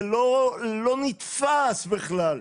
זה לא נתפס בכלל.